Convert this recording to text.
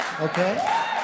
okay